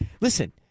listen